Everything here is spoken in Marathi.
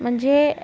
म्हणजे